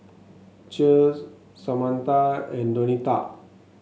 Cher Samantha and Donita